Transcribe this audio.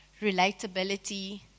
relatability